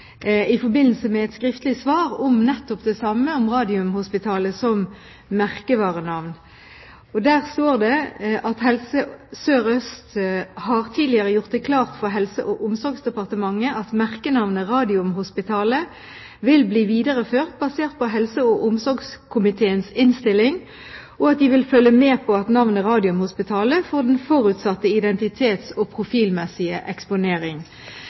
i forbindelse med et skriftlig svar om nettopp det samme, om Radiumhospitalet som merkevarenavn. Der står det: «Helse Sør-Øst RHF har tidligere gjort det klart for Helse- og omsorgsdepartementet at merkenavnet Radiumhospitalet vil bli videreført basert på helse- og omsorgskomiteens innstilling, og at de ville følge med på at navnet Radiumhospitalet får den forutsatte identitets- og profilmessige eksponering.»